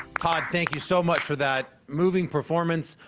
todd, thank you so much for that moving performance.